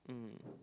mm